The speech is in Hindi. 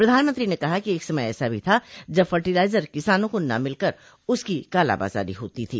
प्रधानमंत्री ने कहा कि एक समय ऐसा भी था जब फर्टिलाइजर किसानों को न मिलकर उसकी कालाबाजारी होती थी